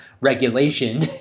regulation